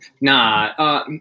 Nah